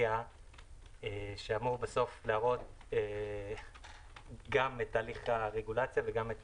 שאמור להראות גם את תהליך הרגולציה וגם את